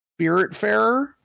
Spiritfarer